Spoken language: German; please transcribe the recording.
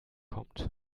kommt